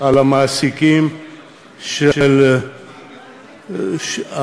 על המעסיקים של הנכים,